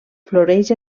floreix